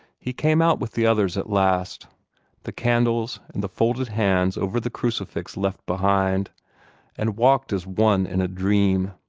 he came out with the others at last the candles and the folded hands over the crucifix left behind and walked as one in a dream.